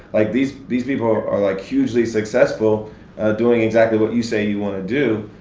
like these these people are like, hugely successful doing exactly what you say you want to do.